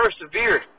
persevered